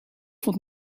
font